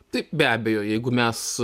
taip be abejo jeigu mes